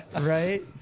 right